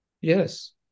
yes